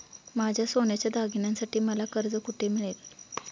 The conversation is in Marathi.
माझ्या सोन्याच्या दागिन्यांसाठी मला कर्ज कुठे मिळेल?